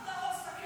אף אחד לא יכול לסכם